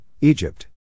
Egypt